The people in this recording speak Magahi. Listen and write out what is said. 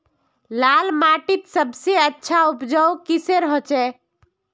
लाल माटित सबसे अच्छा उपजाऊ किसेर होचए?